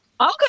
okay